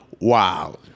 wow